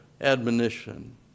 admonition